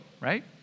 right